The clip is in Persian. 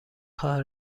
خواهد